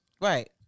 right